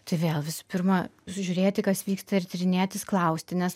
tai vėl visų pirma žiūrėti kas vyksta ir tyrinėtis klausti nes